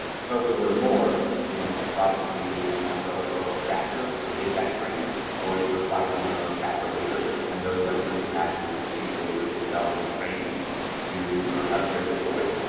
so to learn more you can apply to be a member of a local chapter to get that training or even apply to be your own chapter leader and those young people can actually receive the leadership development and training to learn how to share their story.